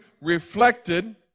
reflected